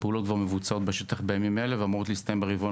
הפעולות מבוצעות בשטח בימים אלה ואמורות להסתיים ברבעון